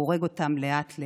והוא הורג אותם לאט-לאט.